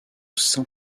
saint